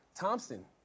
Thompson